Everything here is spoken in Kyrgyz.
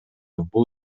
бул